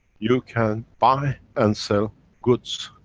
you can buy and sell goods,